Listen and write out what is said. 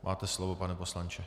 Máte slovo, pane poslanče.